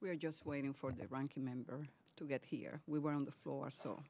we're just waiting for the ranking member to get here we were on the floor so